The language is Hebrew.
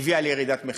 הביאה לירידת מחירים.